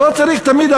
לא צריך תמיד,